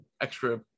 extra